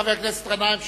חבר הכנסת גנאים,